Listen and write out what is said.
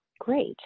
Great